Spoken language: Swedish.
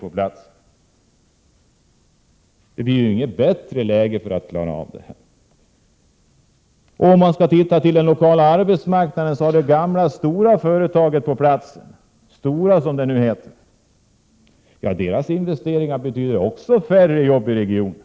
Man kommer ju inte i ett bättre läge för att klara av detta. Om man ser på den lokala arbetsmarknaden kan man konstatera att investeringarna i det gamla stora företaget på orten — Stora, som det numera heter — också betyder färre arbetstillfällen i regionen.